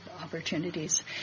opportunities